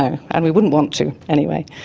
ah and we wouldn't want to anyway.